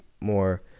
more